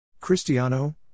Cristiano